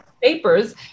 papers